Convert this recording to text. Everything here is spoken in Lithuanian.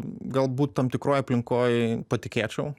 galbūt tam tikroj aplinkoj patikėčiau